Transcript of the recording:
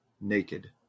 naked